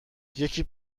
یکی